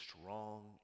strong